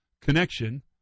connection